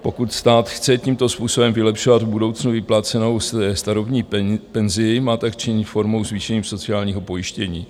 Pokud stát chce tímto způsobem vylepšovat v budoucnu vyplacenou starobní penzi, má tak činí formou zvýšení sociálního pojištění.